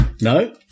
No